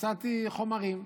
מצאתי חומרים,